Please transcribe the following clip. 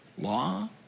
law